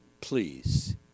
please